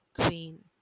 queen